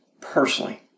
personally